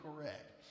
correct